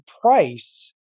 price